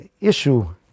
issue